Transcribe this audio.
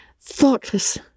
thoughtless